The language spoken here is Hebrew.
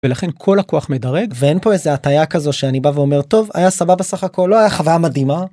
ולכן כל הכוח מדרג. ואין פה איזה הטייה כזו שאני בא ואומר, טוב, היה סבבה סך הכל, לא היה חוויה מדהימה.